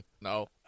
No